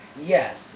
Yes